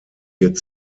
wird